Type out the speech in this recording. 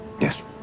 Yes